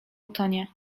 utonie